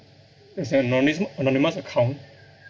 there's an anony~ anonymous account